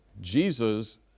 Jesus